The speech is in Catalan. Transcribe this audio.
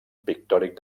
pictòric